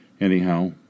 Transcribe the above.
Anyhow